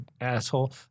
asshole